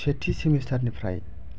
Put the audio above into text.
सेथि सेमिस्टार निफ्राय